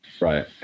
Right